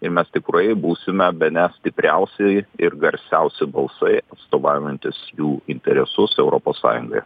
ir mes tikrai būsime bene stipriausi ir garsiausi balsai atstovaujantys jų interesus europos sąjungoje